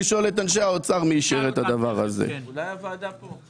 מי מזין את החברה הזאת בהשקעה?